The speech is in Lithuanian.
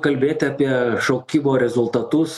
kalbėti apie šaukimo rezultatus